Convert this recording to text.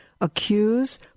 accuse